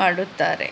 ಮಾಡುತ್ತಾರೆ